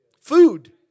Food